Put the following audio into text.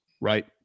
right